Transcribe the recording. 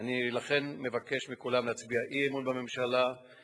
לכן אני מבקש מכולם להצביע אמון בממשלה,